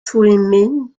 twymyn